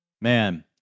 man